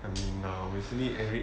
I mean now recently eric